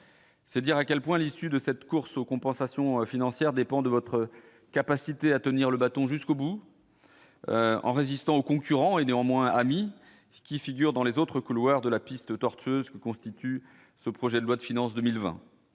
C'est dire à quel point l'issue de cette course aux compensations financières dépend de votre capacité à tenir le bâton jusqu'au bout en résistant aux concurrents et néanmoins ami, qui figure dans les autres couloirs de la piste tortueuse que constitue ce projet de loi de finances 2020